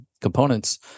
components